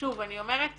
ושוב אני אומרת